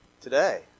today